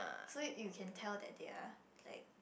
so you can tell that they're like